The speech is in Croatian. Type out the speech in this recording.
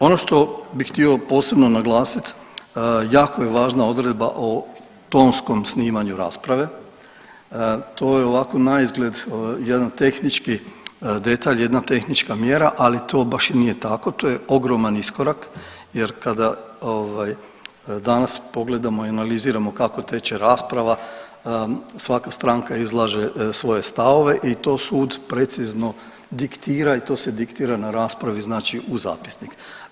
Ono što bih htio posebno naglasit, jako je važna odredba o tonskom snimanju rasprave, to je ovako naizgled jedan tehnički detalj, jedna tehnička mjera, ali to baš i nije tako, to je ogroman iskorak jer kada danas pogledamo i analiziramo kako teče rasprava, svaka stranka izlaže svoje stavove i to sud precizno diktira i to se diktira na raspravi u zapisnik.